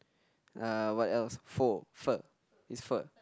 uh what else pho pho it's pho